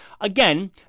again